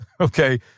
Okay